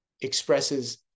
expresses